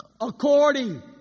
according